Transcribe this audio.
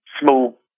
small